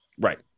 right